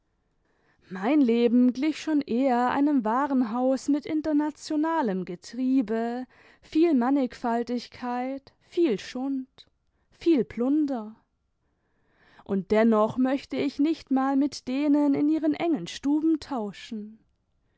mein leben glich schon eher einem warenhaus mit internationalem getriebe viel mannigfaltigkeit viel schund viel plunder und dennoch möchte ich nicht mal mit denen in ihren engen stuben tauschen